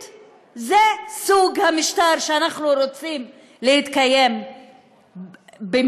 אם זה סוג המשטר שאנחנו רוצים לקיים במדינה,